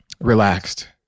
relaxed